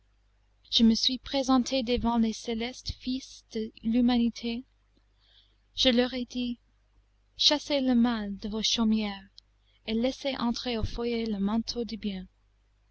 je me suis présenté devant les célestes fils de l'humanité je leur ai dit chassez le mal de vos chaumières et laissez entrer au foyer le manteau du bien